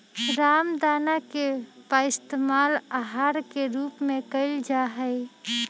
रामदाना के पइस्तेमाल आहार के रूप में कइल जाहई